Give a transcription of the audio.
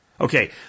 Okay